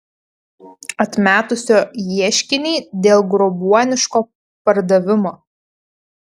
atmetusio ieškinį dėl grobuoniško pardavimo